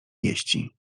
wieści